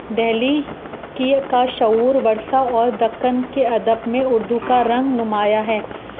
دہلی کی کا شعور ورثہ اور دکن کے ادب میں اردو کا رنگ نمایاں ہے